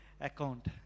Account